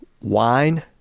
wine